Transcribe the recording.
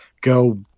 go